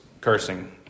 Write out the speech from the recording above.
cursing